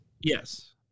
Yes